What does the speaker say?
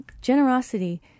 generosity